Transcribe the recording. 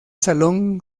salón